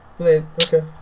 Okay